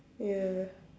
ya